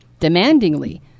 demandingly